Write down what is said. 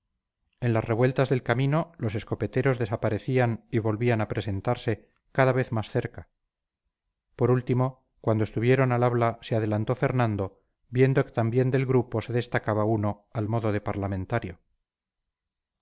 en las revueltas del camino los escopeteros desaparecían y volvían a presentarse cada vez más cerca por último cuando estuvieron al habla se adelantó fernando viendo que también del grupo se destacaba uno al modo de parlamentario